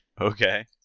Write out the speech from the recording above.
okay